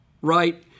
right